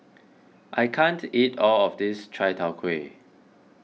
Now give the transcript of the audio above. I can't eat all of this Chai Tow Kway